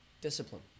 Discipline